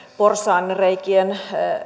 porsaanreikien